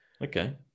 Okay